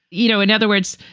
you know, in other words,